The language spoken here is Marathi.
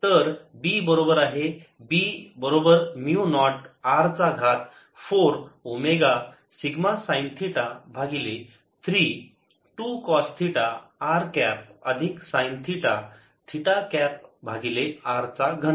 तर B बरोबर असणार आहे B बरोबर म्यु नॉट R चा घात 4 ओमेगा सिग्मा साईन थिटा भागिले 3 2 कॉस थिटा r कॅप अधिक साईन थिटा थिटा कॅप भागिले r चा घन